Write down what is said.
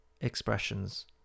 expressions